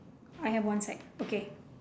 I have one sack okay